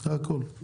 זה הכול.